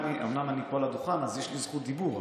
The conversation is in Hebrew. אומנם אני פה על הדוכן אז יש לי זכות דיבור,